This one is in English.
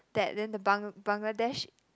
that then the Bangl~ Bangladesh